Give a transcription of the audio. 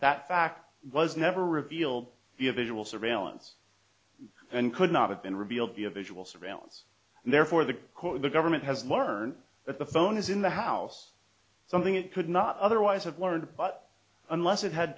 that fact was never revealed the a visual surveillance and could not have been revealed the a visual surveillance and therefore the government has learned that the phone is in the house something it could not otherwise have learned but unless it had